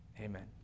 amen